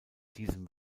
diesem